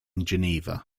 geneva